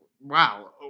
Wow